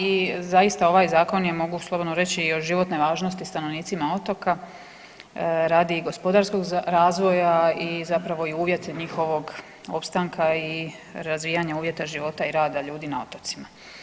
I zaista ovaj zakon je mogu slobodno reći od životne važnosti stanovnicima otoka radi gospodarskog razvoja i uvjet je njihovog opstanka i razvijanja uvjeta života i rada ljudi na otocima.